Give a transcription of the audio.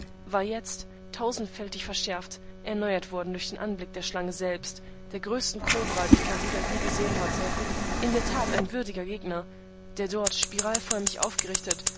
war jetzt tausendfältig verschärft erneuert worden durch den anblick der schlange selbst der größten kobra die garuda je gesehen hatte in der tat ein würdiger gegner der dort spiralförmig aufgerichtet